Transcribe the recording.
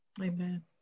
Amen